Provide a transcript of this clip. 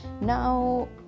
now